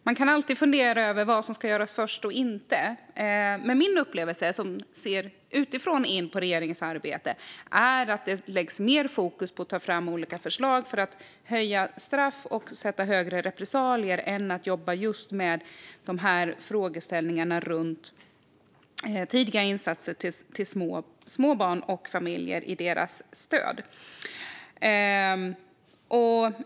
Man kan alltid fundera över vad som ska göras först och inte, men min upplevelse när jag ser utifrån på regeringens arbete är att det läggs mer fokus på att ta fram olika förslag om höjda straff och repressalier än att jobba med frågeställningarna runt tidigare insatser för och stöd till små barn och familjer.